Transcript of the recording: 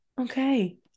okay